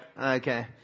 Okay